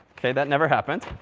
ok. that never happened.